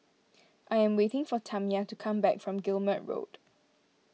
I am waiting for Tamya to come back from Guillemard Road